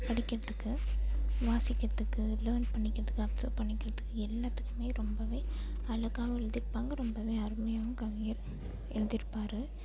படிக்கிறத்துக்கு வாசிக்கிறத்துக்கு லேர்ன் பண்ணிகிறத்துக்கு அப்சர்வ் பண்ணிகிறத்துக்கு எல்லாத்துக்குமே ரொம்பவே அழகாவும் எழுதிருப்பாங்க ரொம்பவே அருமையாகவும் கவிஞர் எழுதிருப்பாரு